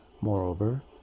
Moreover